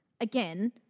again